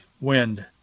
wind